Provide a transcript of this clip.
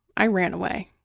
i ran away.